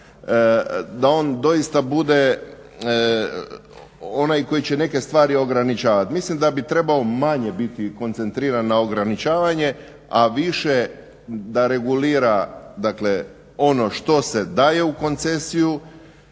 da on doista bude onaj koji će neke stvari ograničavati. Mislim da bi trebao manje biti koncentriran na ograničavanje, a više da regulira, dakle ono što se daje u koncesiju,